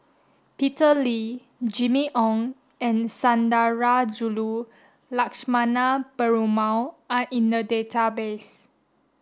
Peter Lee Jimmy Ong and Sundarajulu Lakshmana Perumal are in the database